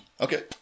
Okay